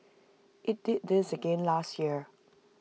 IT did this again last year